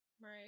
Right